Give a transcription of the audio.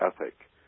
ethic